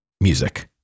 music